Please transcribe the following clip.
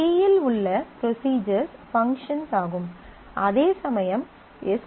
C இல் உள்ள procedures functions ஆகும் அதேசமயம் எஸ் க்யூ எல் இல் கண்டிஷனல் கிளாஸஸ்